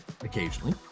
occasionally